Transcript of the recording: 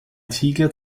ziegler